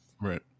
right